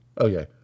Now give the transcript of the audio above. Okay